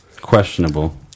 questionable